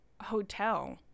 hotel